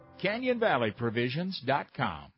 CanyonValleyProvisions.com